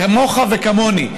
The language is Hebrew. כמוך וכמוני.